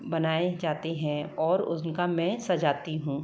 बनाए जाते हैं और उनको मैं सजाती हूँ